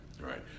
right